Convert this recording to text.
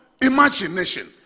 imagination